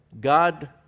God